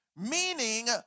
meaning